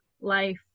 life